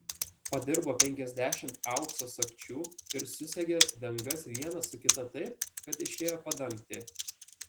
padirbo penkiasdešimt aukso sagčių ir susegė dangas vieną su kita taip kad išėjo padangtė